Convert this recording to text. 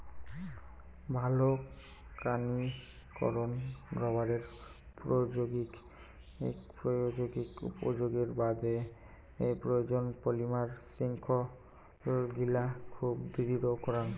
ভালকানীকরন রবারের প্রায়োগিক উপযোগের বাদে প্রয়োজন, পলিমার শৃঙ্খলগিলা খুব দৃঢ় করাং